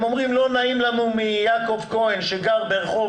הם אומרים שלא נעים להם מיעקב כהן שגר ברחוב